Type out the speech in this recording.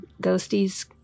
Ghosties